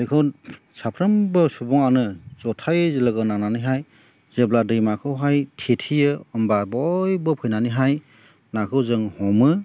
बेखौ साफ्रोमबो सुबुंआनो जथाइ लोगोनांनानैहाय जेब्ला दैमाखौहाय थेथेयो होमब्ला बयबो फैनानैहाय नाखो जों हमो